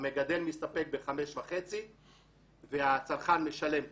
המגדל מסתפק ב-5.5 והצרכן משלם כפול,